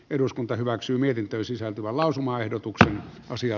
eduskunta hyväksyi mietintöön sisältyvä lausumaehdotuksen osia